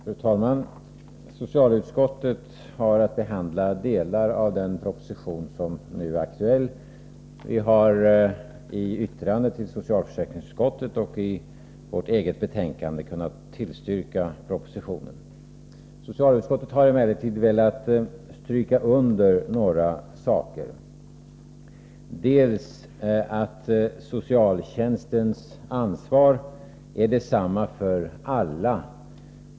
Fru talman! Socialutskottet har att behandla delar av den proposition som nu är aktuell. Vi har i yttrandet till socialförsäkringsutskottet och i vårt eget betänkande kunnat tillstyrka propositionen. Socialutskottet har emellertid velat stryka under några saker. Den första är att socialtjänstens ansvar är detsamma för alla.